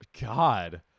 God